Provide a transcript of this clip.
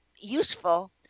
useful